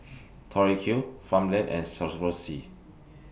Tori Q Farmland and Swarovski